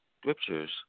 scriptures